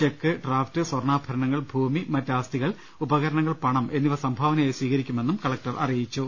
check draft സ്വർണ്ണാഭരണങ്ങൾ ഭൂമി മറ്റ് ആസ്തികൾ ഉപകരണങ്ങൾ പണം എന്നിവ സംഭാവനയായി സ്വീകരിക്കുമെന്നും അദ്ദേഹം പറഞ്ഞു